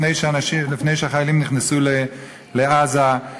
לפני שהחיילים נכנסו לעזה,